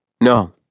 No